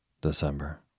December